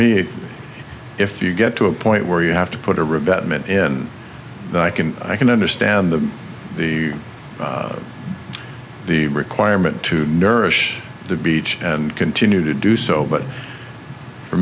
me if you get to a point where you have to put a rabbet mint in i can i can understand the the the requirement to nourish the beach and continue to do so but for